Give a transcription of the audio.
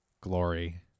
glory